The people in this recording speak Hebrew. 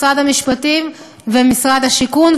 משרד המשפטים ומשרד הבינוי והשיכון,